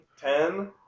Ten